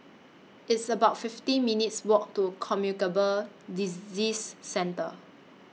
It's about fifty minutes' Walk to Communicable Disease Centre